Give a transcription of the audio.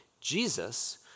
Jesus